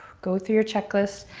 go through your checklist.